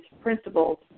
principles